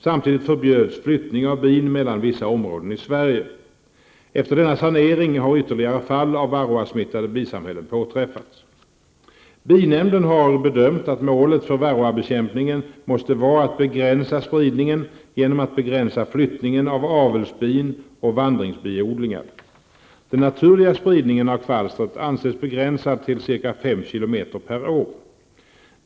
Samtidigt förbjöds flyttning av bin mellan vissa områden i Sverige. Efter denna sanering har ytterligare fall av varroasmittade bisamhällen påträffats. Binämnden har bedömt att målet för varroabekämpningen måste vara att begränsa spridningen genom att begränsa flyttningen av avelsbin och vandringsbiodlingar. Den naturliga spridningen av kvalstret anses begränsad till ca 5 km per år.